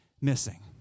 missing